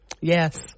Yes